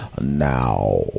now